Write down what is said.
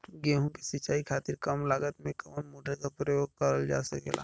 गेहूँ के सिचाई खातीर कम लागत मे कवन मोटर के प्रयोग करल जा सकेला?